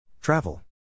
Travel